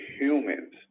humans